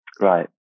Right